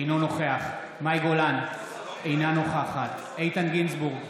אינו נוכח מאי גולן, אינה נוכחת איתן גינזבורג,